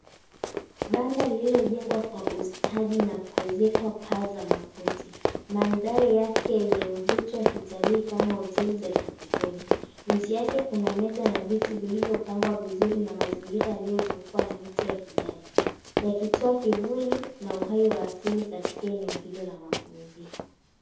Banda lililojengwa kwa ustadi na kuezekwa paa za makuti. Mandhari yake yenye mvuto wa kitalii kama hoteli za kifukweni. Nje yake kuna meza na viti vilivyopangwa vizuri na mazingira yaliyozungukwa na miti ya kijani yakitoa kivuli na uhai wa asili katika eneo hilo la mapumziko.